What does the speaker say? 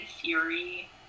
Fury